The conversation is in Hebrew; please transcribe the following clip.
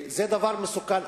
זה דבר מסוכן.